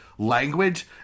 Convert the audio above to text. Language